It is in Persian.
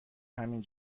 همین